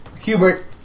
Hubert